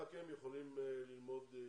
רק הם יכולים ללמוד באולפן.